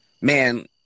man